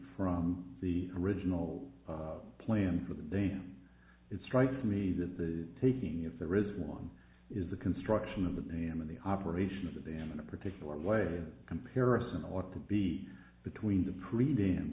from the original plan for them then it strikes me that the taking if there is one is the construction of the name of the operations of them in a particular way a comparison ought to be between the pre